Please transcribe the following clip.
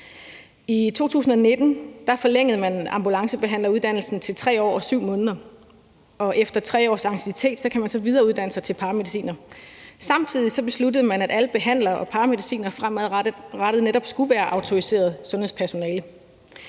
I 2019 forlængede man ambulancebehandleruddannelsen til 3 år og 7 måneder, og efter 3 års anciennitet kan man så videreuddanne sig til paramediciner. Samtidig besluttede man, at alle behandlere og paramedicinere fremadrettet netop skulle være autoriseret sundhedspersonale.